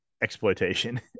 Exploitation